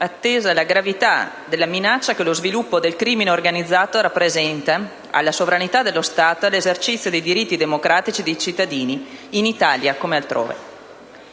attesa la gravità della minaccia che lo sviluppo del crimine organizzato rappresenta alla sovranità dello Stato e all'esercizio dei diritti democratici dei cittadini, in Italia come altrove.